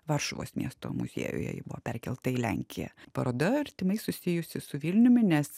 varšuvos miesto muziejuje ji buvo perkelta į lenkiją paroda artimai susijusi su vilniumi nes